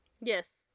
Yes